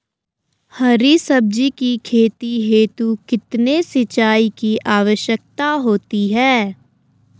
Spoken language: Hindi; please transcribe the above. हरी सब्जी की खेती हेतु कितने सिंचाई की आवश्यकता होती है?